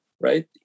right